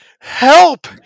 help